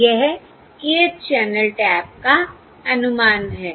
तो यह kth channel tap का अनुमान है